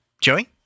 Joey